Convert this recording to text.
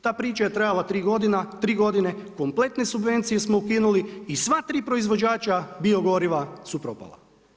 Ta priča je trajala 3 godine, kompletne subvencije smo ukinuli i sva tri proizvođača bio goriva su propala.